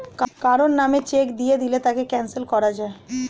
কারো নামে চেক দিয়ে দিলে তাকে ক্যানসেল করা যায়